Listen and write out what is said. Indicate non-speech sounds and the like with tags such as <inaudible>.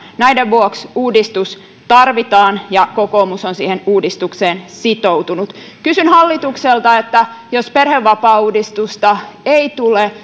näiden vuoksi uudistus tarvitaan ja kokoomus on siihen uudistukseen sitoutunut kysyn hallitukselta jos perhevapaauudistusta ei tule <unintelligible>